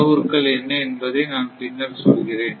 அளவுருக்கள் என்ன என்பதை நான் பின்னர் சொல்கிறேன்